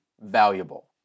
valuable